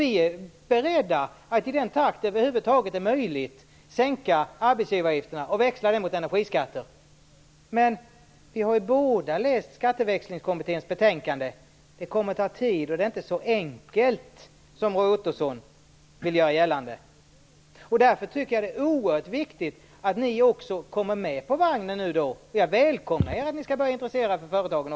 Vi är beredda att i den takt det över huvud taget är möjligt sänka arbetsgivaravgifterna och växla dem mot energiskatter. Men vi har ju båda läst Skatteväxlingskommitténs betänkande. Det kommer att ta tid. Det är inte så enkelt som Roy Ottosson vill göra gällande. Därför tycker jag att det är oerhört viktigt att ni också kommer med på vagnen. Jag välkomnar att ni börjar intressera er för företagen.